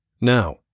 Now